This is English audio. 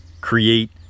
create